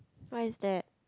why is that